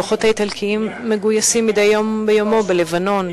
הכוחות האיטלקיים מגויסים מדי יום ביומו בלבנון,